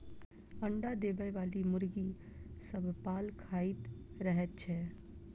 अंडा देबयबाली मुर्गी सभ पाल खाइत रहैत छै